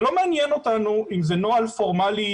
זה לא מעניין אותנו אם זה נוהל פורמלי,